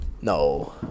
No